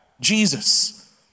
Jesus